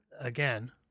again